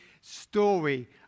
story